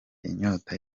inyota